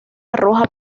arroja